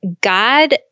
God